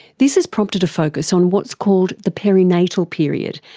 this has prompted a focus on what's called the peri-natal period,